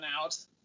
out